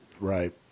right